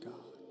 God